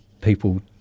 People